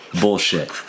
bullshit